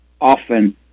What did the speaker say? often